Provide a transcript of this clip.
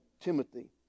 Timothy